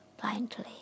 blindly